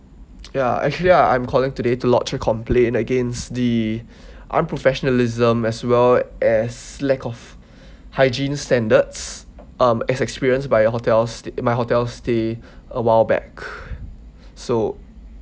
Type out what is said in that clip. ya actually I I'm calling today to lodge a complaint against the unprofessionalism as well as lack of hygiene standards um as experienced by your hotel s~ my hotel stay a while back so